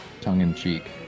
tongue-in-cheek